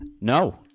No